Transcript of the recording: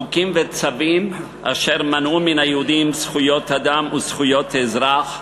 חוקים וצווים אשר מנעו מן היהודים זכויות אדם וזכויות אזרח,